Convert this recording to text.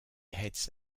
heads